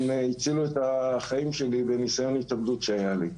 הם הצילו את החיים שלי בניסיון התאבדות שהיה לי.